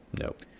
Nope